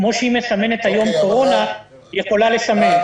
כמו שהיא מסמנת היום קורונה, היא יכולה לסמן.